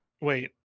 wait